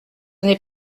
n’est